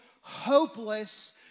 hopeless